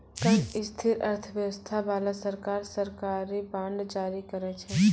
कम स्थिर अर्थव्यवस्था बाला सरकार, सरकारी बांड जारी करै छै